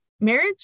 marriage